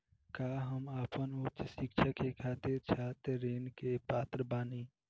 का हम आपन उच्च शिक्षा के खातिर छात्र ऋण के पात्र बानी?